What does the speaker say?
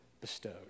bestowed